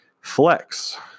Flex